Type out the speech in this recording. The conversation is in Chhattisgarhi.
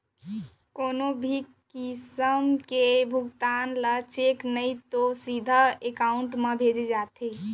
कोनो भी किसम के भुगतान ल चेक नइ तो सीधा एकाउंट म भेजे जाथे